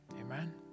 Amen